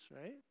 right